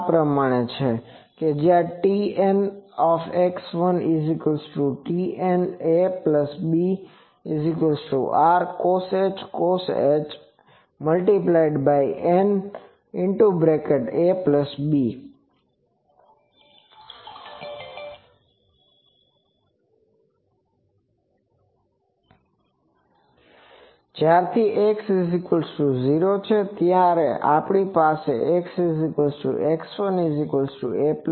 જે આ પ્રમાણે છે TNx1TNabRcosh Nab જ્યાર થી x0 છે ત્યારે આપણી પાસે xx1ab છે